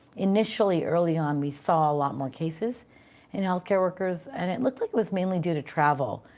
initially early on, we saw a lot more cases in healthcare workers, and it looked like it was mainly due to travel,